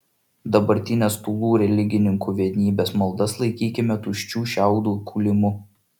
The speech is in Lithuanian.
dabartinės tūlų religininkų vienybės maldas laikykime tuščių šiaudų kūlimu